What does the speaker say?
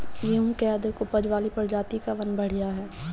गेहूँ क अधिक ऊपज वाली प्रजाति कवन बढ़ियां ह?